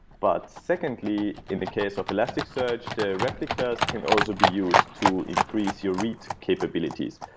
but secondly, in the case of elasticsearch, the replicas can also be used to increase your read capabilities.